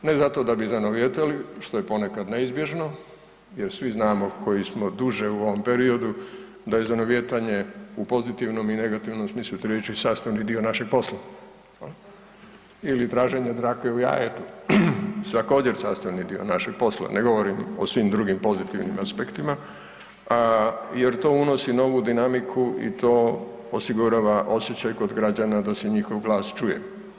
Ne zato da bi zanovijetali, što je ponekad neizbježno jer svi znamo koji smo duže u ovom periodu da je zanovijetanje u pozitivnom i negativnom smislu ... sastavni dio našeg posla ili traženja dlake u jajetu što je također sastavni dio našeg posla, ne govorim o svim drugim pozitivnim aspektima jer to unosi novu dinamiku i to osigurava osjećaj kod građana da se njihov glas čuje.